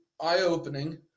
eye-opening